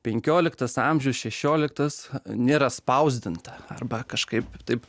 penkioliktas amžius šešioliktas nėra spausdinta arba kažkaip taip